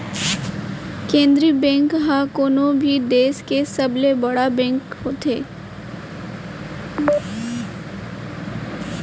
केंद्रीय बेंक ह कोनो भी देस के सबले बड़का बेंक होथे